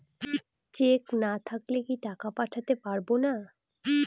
Check না থাকলে কি টাকা পাঠাতে পারবো না?